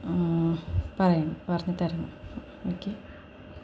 പറയണം പറഞ്ഞുതരണം എനിക്ക്